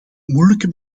moeilijke